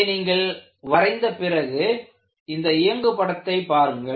இதை நீங்கள் வரைந்த பிறகு இந்த இயங்கு படத்தை பாருங்கள்